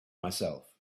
myself